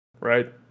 right